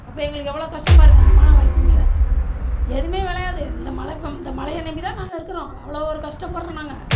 அப்போ எங்களுக்கு எவ்வளோ கஷ்டம் பாருங்கள் இந்த மானாவாரி பூமியில் எதுவுமே விளையாது இந்த மழை இப்போ இந்த மழைய நம்பிதான் நாங்கள் இருக்கிறோம் அவ்வளோ ஒரு கஷ்டப்பட்றோம் நாங்கள்